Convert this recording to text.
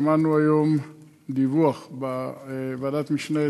שמענו היום דיווח בוועדת המשנה,